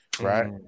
right